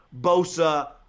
Bosa